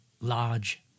large